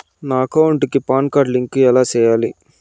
నా అకౌంట్ కి PAN card link ఎలా సేయాలి